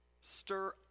stir